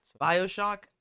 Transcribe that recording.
bioshock